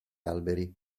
alberi